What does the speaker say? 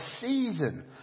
season